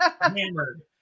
hammered